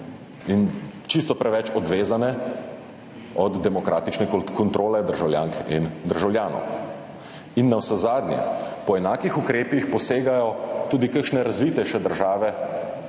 in čisto preveč odvezane od demokratične kontrole državljank in državljanov. In navsezadnje po enakih ukrepih posegajo tudi kakšne razvitejše države,